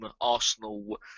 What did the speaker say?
Arsenal